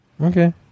Okay